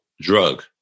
drug